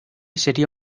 sería